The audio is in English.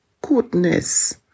goodness